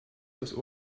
das